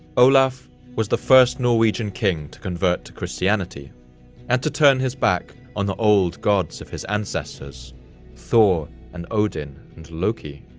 olaf was the first norwegian king to convert to christianity and to turn his back on the old gods of his ancestors thor, and odin, and loki.